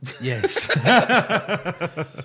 yes